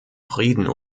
frieden